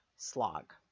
slog